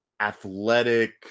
athletic